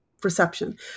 perception